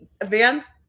advanced